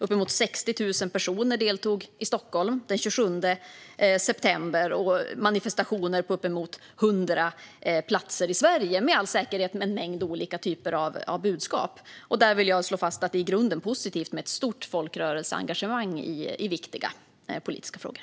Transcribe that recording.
Uppemot 60 000 personer deltog i Stockholm den 27 september, och manifestationer genomfördes på uppemot 100 platser i Sverige, med all säkerhet med en mängd olika typer av budskap. Jag vill slå fast att det i grunden är positivt med ett stort folkrörelseengagemang i viktiga politiska frågor.